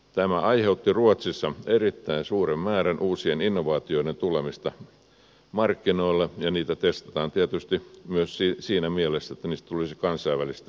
tämä aiheutti ruotsissa erittäin suuren määrän uusien innovaatioiden tulemista markkinoille ja niitä testataan tietysti myös siinä mielessä että niistä tulisi kansainvälistä liiketoimintaa